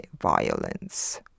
violence